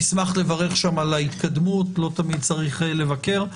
נשמח שם על ההתקדמות, לא תמיד צריך לבקר.